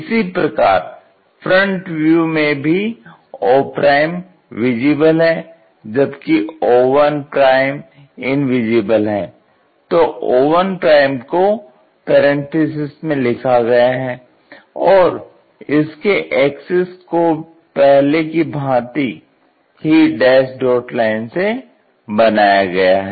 इसी प्रकार front view में भी o विजिबल है जबकि o1 इनविजिबल है तो o1 को पैरेंथेसिस में लिखा गया है और इसके एक्सिस को पहले की भांति ही डैस डॉट लाइन से बनाया गया है